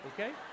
okay